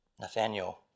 Nathaniel